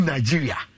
Nigeria